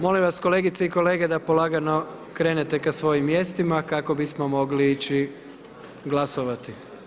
Molim vas kolegice i kolege da polagano krenete ka svojim mjestima kako bismo mogli ići glasovati.